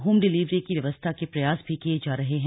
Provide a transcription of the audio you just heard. home delivery की व्यवस्था के प्रयास भी किये जा रहे हैं